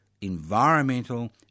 environmental